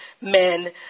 men